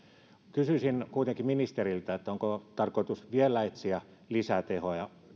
kysyisin kuitenkin ministeriltä onko tarkoitus vielä etsiä lisätehoja